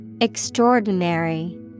extraordinary